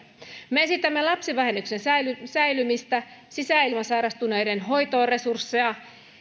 me esitämme lapsivähennyksen säilymistä säilymistä sisäilmasairastuneiden hoitoon resursseja